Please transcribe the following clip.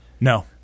No